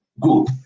good